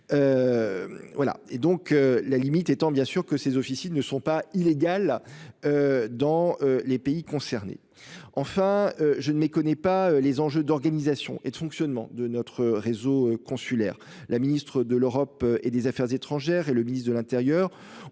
Voilà et donc la limite étant bien sûr que ces officines ne sont pas illégales. Dans les pays concernés. Enfin je ne méconnais pas les enjeux d'organisation et de fonctionnement de notre réseau consulaire. La ministre de l'Europe et des Affaires étrangères et le ministre de l'Intérieur